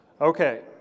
Okay